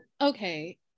okay